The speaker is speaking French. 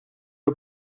aux